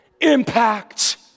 impact